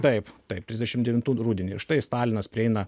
taip taip trisdešim devintų rudenį ir štai stalinas prieina